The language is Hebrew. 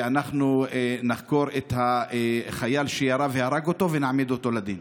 ושאנחנו נחקור את החייל שירה והרג אותו ונעמיד אותו לדין.